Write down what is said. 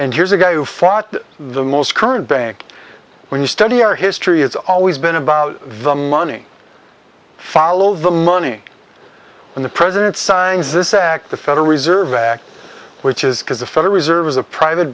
and here's a guy who fought the most current bank when you study our history it's always been about the money follow the money and the president signs this act the federal reserve act which is because the federal reserve is a private